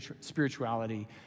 spirituality